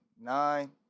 nine